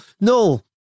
no